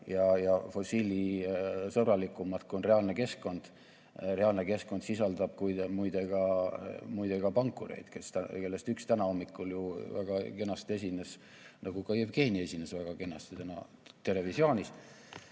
ja fossiilisõbralikumad, kui on reaalne keskkond. Reaalne keskkond sisaldab muide ka pankureid, kellest üks täna hommikul ju väga kenasti esines, nagu ka Jevgeni esines väga kenasti "Terevisioonis".Maailm